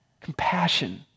Compassion